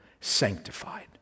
sanctified